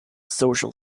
social